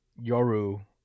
Yoru